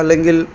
അല്ലെങ്കിൽ